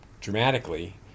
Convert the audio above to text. dramatically